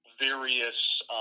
various